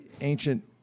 ancient